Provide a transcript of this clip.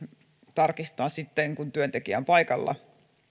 tarkistaa sitten kun työntekijä on paikalla